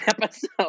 episode